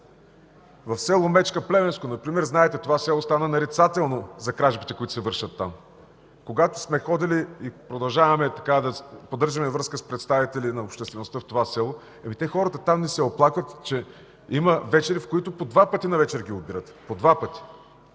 за село Мечка – Плевенско, знаете, че това село стана нарицателно за кражбите, които се вършат там. Когато сме ходили и продължаваме да поддържаме връзка с представители на обществеността в това село, хората там ни се оплакват, че има вечери, в които ги обират по два пъти